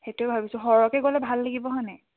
সেইটোৱে ভাবিছোঁ সৰহকৈ গ'লে ভাল লাগিব হয় নাই